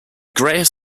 greyish